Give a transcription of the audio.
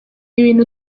ibintu